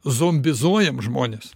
zombizuojam žmones